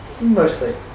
Mostly